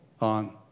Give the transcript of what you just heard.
on